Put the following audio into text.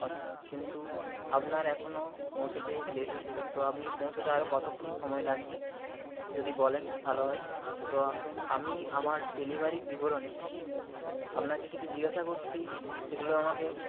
কথা কিন্তু আপনার এখনো পৌঁছতে লেট হচ্ছে তো আপনি পৌঁছতে আরো কতক্ষণ সময় লাগবে যদি বলেন ভালো হয় তো আমি আমার ডেলিভারির বিবরণে আপনাকে কিছু জিজ্ঞাসা করছি সেগুলো আমাকে